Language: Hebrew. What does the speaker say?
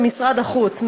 כמשרד החוץ,